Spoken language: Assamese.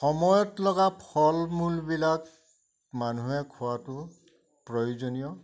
সময়ত লগা ফল মূলবিলাক মানুহে খোৱাটো প্ৰয়োজনীয়